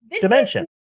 dimension